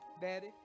Daddy